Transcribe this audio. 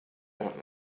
out